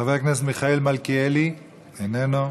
חבר הכנסת מיכאל מלכיאלי, איננו,